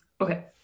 Okay